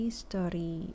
story